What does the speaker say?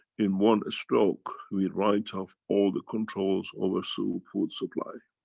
in one stroke we write off all the controls over so food supply.